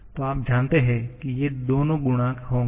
तो आप जानते हैं कि ये दोनों गुणांक होंगे